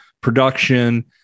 production